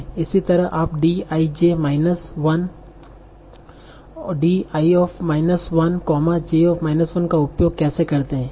इसी तरह आप D i j minus 1 Di 1 j 1 का उपयोग कैसे करते हैं